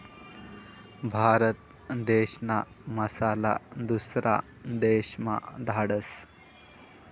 भारत देशना मसाला दुसरा देशमा धाडतस